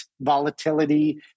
volatility